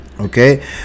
Okay